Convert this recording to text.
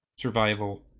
Survival